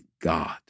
God